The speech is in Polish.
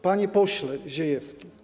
Panie Pośle Ziejewski!